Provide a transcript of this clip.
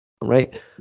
right